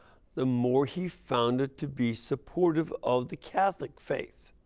the more he found it to be supportive of the catholic faith.